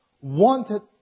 wanted